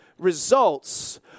results